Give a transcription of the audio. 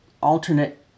alternate